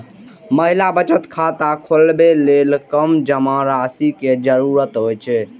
महिला बचत खाता खोलबै लेल कम जमा राशि के जरूरत होइ छै